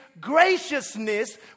graciousness